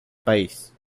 país